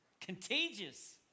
Contagious